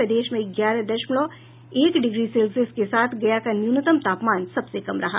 प्रदेश में ग्यारह दशमलव एक डिग्री सेल्सियस के साथ गया का न्यूनतम तापमान सबसे कम रहा